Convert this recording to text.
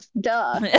Duh